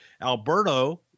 Alberto